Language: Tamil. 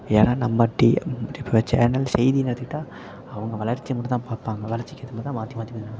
ஏன்னால் நம்ம டீ இப்படி இப்போ சேனல் செய்தினு எடுத்துக்கிட்டால் அவங்க வளர்ச்சியை மட்டும் தான் பார்ப்பாங்க வளர்ச்சிக்கு ஏற்ற மாதிரி தான் மாற்றி மாற்றி